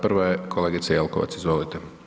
Prva je kolegica Jelkovac, izvolite.